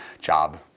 job